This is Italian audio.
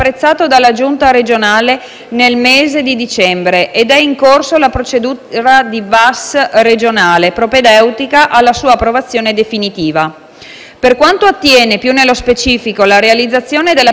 Il competente ufficio del genio civile di Enna ha richiesto, da parte sua, una modifica o integrazione della documentazione allegata alla proposta, al fine di poter esprimere il proprio parere a seguito di un compiuto esame.